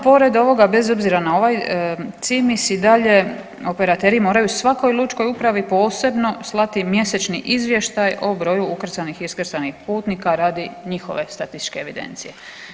Pored ovoga bez obzira na ovaj CIMIS i dalje operateri moraju svakoj lučkoj upravi posebno slati mjesečni izvještaj o broju ukrcanih iskrcanih putnika radi njihove statističke evidencije.